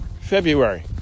February